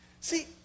See